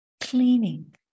cleaning